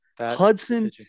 Hudson